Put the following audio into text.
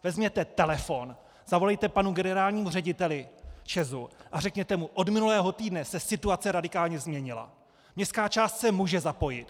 Vezměte telefon, zavolejte panu generálnímu řediteli ČEZu a řekněte: od minulého týdne se situace radikálně změnila, městská část se může zapojit.